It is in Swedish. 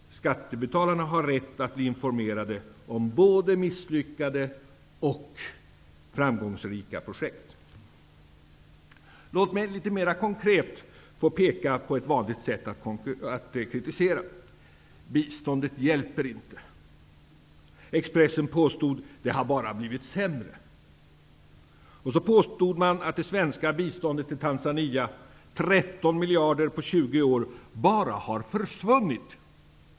Skattebetalarna har rätt att bli informerade om både misslyckade och framgångsrika projekt. Låt mig litet mera konkret få peka på ett vanligt sätt att kritisera. Biståndet hjälper inte, säger man. Expressen påstod att det bara har blivit sämre. Man påstod att det svenska biståndet till Tanzania -- 13 miljarder på 20 år -- bara har försvunnit.